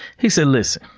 he said, listen,